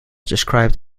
described